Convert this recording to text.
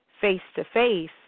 face-to-face